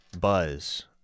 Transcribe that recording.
buzz